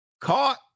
caught